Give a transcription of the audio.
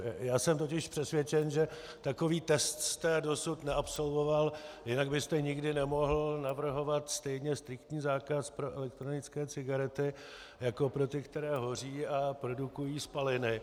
Já jsem totiž přesvědčen, že takový test jste dosud neabsolvoval, jinak byste nikdy nemohl navrhovat stejně striktní zákaz pro elektronické cigarety jako pro ty, které hoří a produkují spaliny.